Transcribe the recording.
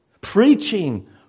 Preaching